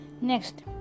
Next